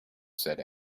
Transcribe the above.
said